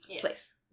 place